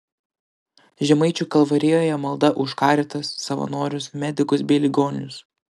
žemaičių kalvarijoje malda už caritas savanorius medikus bei ligonius